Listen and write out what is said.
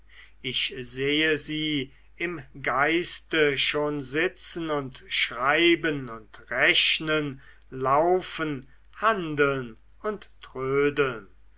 ich sehe sie im geiste schon sitzen und schreiben und rechnen laufen handeln und trödeln